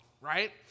right